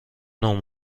نوع